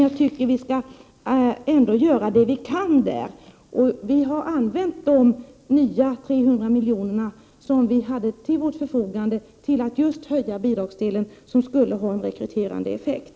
Jag tycker ändå att vi skall göra vad som kan göras. Vi har använt de nya 300 miljonerna, som vi hade till vårt förfogande, till att höja just bidragsdelen som skulle ha en rekryteringseffekt.